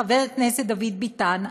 חבר הכנסת דוד ביטן,